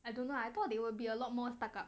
I don't know I thought they would be a lot more stuck up